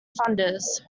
founders